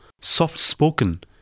soft-spoken